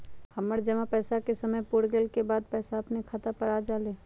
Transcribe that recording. हमर जमा पैसा के समय पुर गेल के बाद पैसा अपने खाता पर आ जाले?